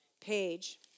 page